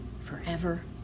forever